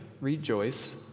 Rejoice